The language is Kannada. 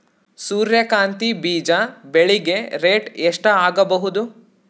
ಸೂರ್ಯ ಕಾಂತಿ ಬೀಜ ಬೆಳಿಗೆ ರೇಟ್ ಎಷ್ಟ ಆಗಬಹುದು?